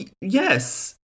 yes